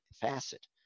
facet